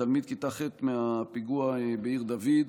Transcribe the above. תלמיד כיתה ח' מהפיגוע בעיר דוד.